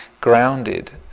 grounded